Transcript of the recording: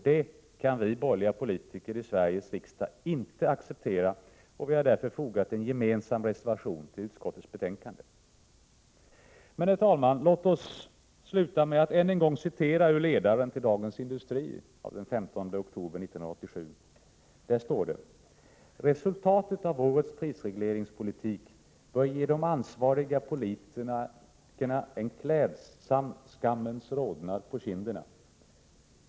Det kan vi borgerliga politiker i Sveriges riksdag inte acceptera, och vi har därför fogat en gemensam reservation till utskottets betänkande. Herr talman! Låt mig sluta med att än en gång citera ur ledaren i Dagens Industri den 15 oktober 1987. Där står: ”Resultatet av årets prisregleringspolitik bör ge de ansvariga politikerna en klädsam skammens rodnad på kinderna.